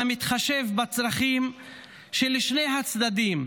המתחשב בצרכים של שני הצדדים,